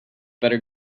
better